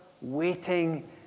waiting